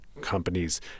companies